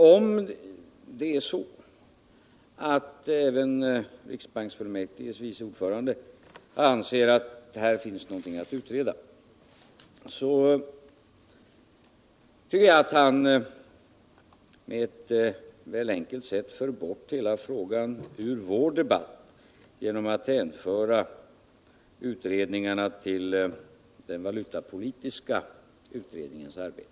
Om det är så att även riksbanksfullmäktiges vice ordförande anser att här finns någonting att utreda, tycker jag att han på ett väl enkelt sätt för bort heta frågan ur vår debatt genom att hänvisa utredningarna till den valutapolitiska utredningens arbete.